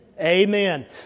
Amen